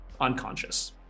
unconscious